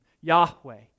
Yahweh